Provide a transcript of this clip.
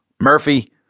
Murphy